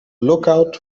lookout